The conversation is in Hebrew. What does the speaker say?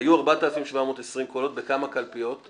היו 4,720 קולות, כמה קלפיות?